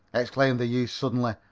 exclaimed the youth suddenly.